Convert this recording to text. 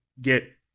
get